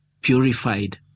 purified